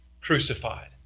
crucified